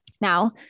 Now